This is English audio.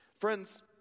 Friends